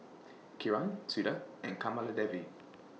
Kiran Suda and Kamaladevi